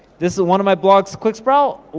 this is one of my blogs, quick sprout,